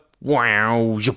wow